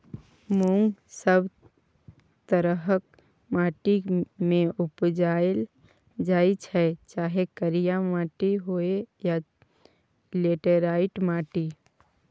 मुँग सब तरहक माटि मे उपजाएल जाइ छै चाहे करिया माटि होइ या लेटेराइट माटि